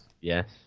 Yes